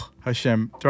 Hashem